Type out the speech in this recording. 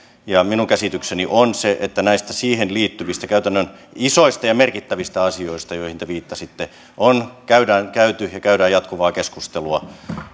ja minun käsitykseni on se että näistä siihen liittyvistä isoista ja merkittävistä käytännön asioista joihin te viittasitte on käyty ja käydään jatkuvaa keskustelua